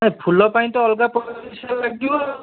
ନାହିଁ ଫୁଲ ପାଇଁ ତ ଅଲଗା ପଇସା ଲାଗିବ